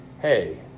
hey